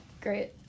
Great